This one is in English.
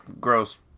gross